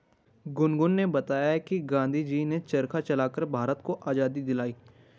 गुनगुन ने बताया कि गांधी जी ने चरखा चलाकर भारत को आजादी दिलाई